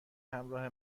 همراه